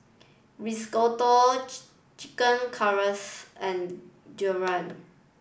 Risotto Chicken and